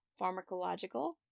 pharmacological